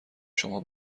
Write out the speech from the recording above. شما